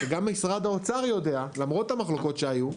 שגם משרד האוצר יודע, למרות המחלוקות שהיו,